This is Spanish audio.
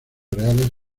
reales